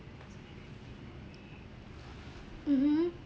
mmhmm